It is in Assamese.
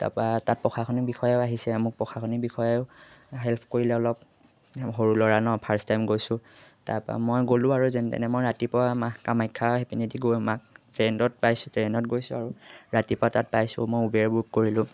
তাৰপৰা তাত প্ৰশাসনিক বিষয়াও আহিছে মোক প্ৰশাসনিক বিষয়াইও হেল্প কৰিলে অলপ সৰু ল'ৰা ন ফাৰ্ষ্ট টাইম গৈছোঁ তাৰপা মই গ'লোঁ আৰু যেন তেনে মই ৰাতিপুৱা মা কামাখ্যা সেইপিনি দি গৈ মাক ট্ৰেইনত পাইছোঁ ট্ৰেইনত গৈছোঁ আৰু ৰাতিপুৱা তাত পাইছোঁ মই উবেৰ বুক কৰিলোঁ